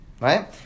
Right